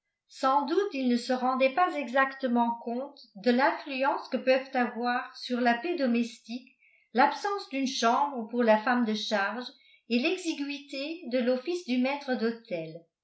sans doute il ne se rendait pas exactement compte de l'influence que peuvent avoir sur la paix domestique l'absence d'une chambre pour la femme de charge et l'exiguïté de l'office du maître d'hôtel